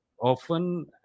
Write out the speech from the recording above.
often